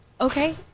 okay